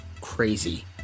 crazy